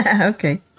okay